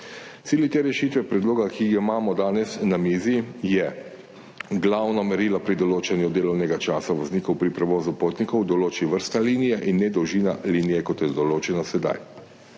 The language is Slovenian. Cilj te rešitve, predloga, ki ga imamo danes na mizi, je glavno merilo pri določanju delovnega časa voznikov pri prevozu potnikov, in sicer to določi vrsta linije in ne dolžina linije, kot je določeno sedaj.